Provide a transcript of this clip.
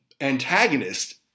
antagonist